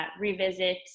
revisit